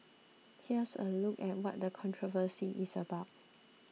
here's a look at what the controversy is about